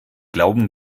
glauben